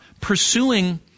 pursuing